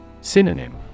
Synonym